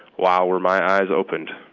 wow, were my eyes opened